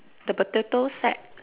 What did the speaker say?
the potato sack